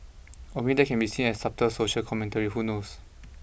or maybe that can be seen as subtle social commentary who knows